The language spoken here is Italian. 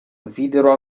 videro